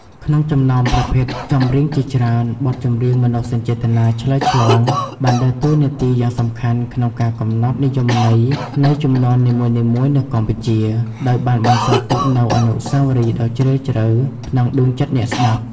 ក្នុងចំណោមប្រភេទចម្រៀងជាច្រើន បទចម្រៀងមនោសញ្ចេតនាឆ្លើយឆ្លង បានដើរតួនាទីយ៉ាងសំខាន់ក្នុងការកំណត់និយមន័យនៃជំនាន់នីមួយៗនៅកម្ពុជា ដោយបានបន្សល់ទុកនូវអនុស្សាវរីយ៍ដ៏ជ្រាលជ្រៅក្នុងដួងចិត្តអ្នកស្តាប់។